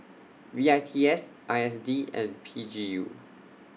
W I T S I S D and P G U